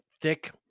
thick